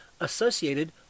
associated